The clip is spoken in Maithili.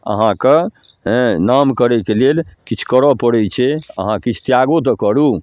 अहाँके हेँ नाम करैके लेल किछु करऽ पड़ै छै अहाँ किछु त्यागो तऽ करू